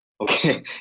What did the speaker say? Okay